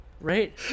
Right